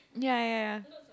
ya ya ya ya